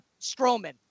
Strowman